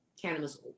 Cannabis